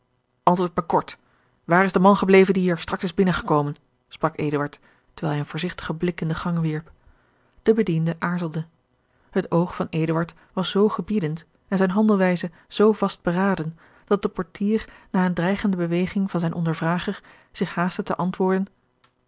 antwoord mij kort waar is de man gebleven die hier straks is binnengekomen sprak eduard terwijl hij een voorzigtigen blik in den gang wierp de bediende aarzelde het oog van eduard was zoo gebiedend en zijne handelwijze zoo vastberaden dat de portier na eene dreigende beweging van zijn ondervrager zich haastte te antwoorden